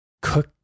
cook